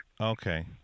Okay